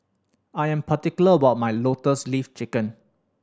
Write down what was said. I am particular about my Lotus Leaf Chicken